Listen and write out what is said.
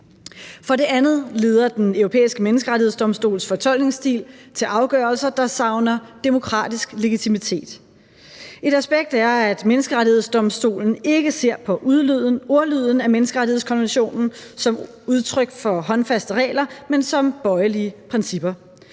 For det andet leder Den Europæiske Menneskerettighedsdomstols fortolkningsstil til afgørelser, der savner demokratisk legitimitet. Et aspekt er, at Menneskerettighedsdomstolen ikke ser på ordlyden af menneskerettighedskonventionen som udtryk for håndfaste regler, men som bøjelige principper.